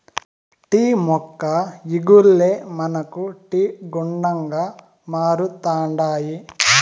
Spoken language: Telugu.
టీ మొక్క ఇగుర్లే మనకు టీ గుండగా మారుతండాయి